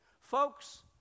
Folks